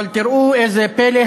אבל תראו איזה פלא,